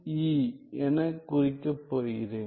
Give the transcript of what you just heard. E எனக் குறிக்கப் போகிறேன்